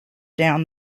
down